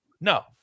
No